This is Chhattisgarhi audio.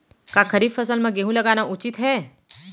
का खरीफ फसल म गेहूँ लगाना उचित है?